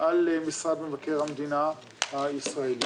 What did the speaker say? על משרד מבקר המדינה הישראלי.